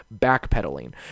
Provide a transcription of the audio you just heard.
backpedaling